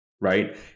right